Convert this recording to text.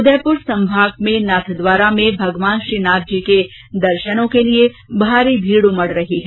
उदयपुर संभाग में नाथद्वारा में भगवान श्रीनाथजी के दर्शेनों के लिए भारी भीड़ उमड़ रही है